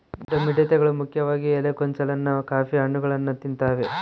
ದೊಡ್ಡ ಮಿಡತೆಗಳು ಮುಖ್ಯವಾಗಿ ಎಲೆ ಗೊಂಚಲನ್ನ ಕಾಫಿ ಹಣ್ಣುಗಳನ್ನ ತಿಂತಾವೆ